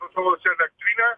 nutolusią elektrinę